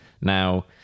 Now